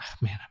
man